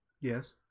Yes